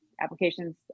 applications